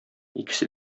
икесе